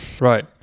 right